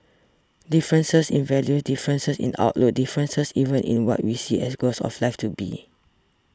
differences in values differences in outlooks differences even in what we see as goals of life to be